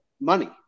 money